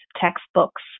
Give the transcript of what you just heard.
textbooks